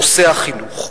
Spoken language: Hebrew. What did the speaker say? נושא החינוך.